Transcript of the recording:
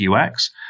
ux